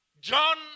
John